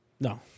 No